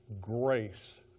grace